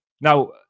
Now